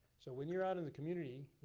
so when you're out in the community,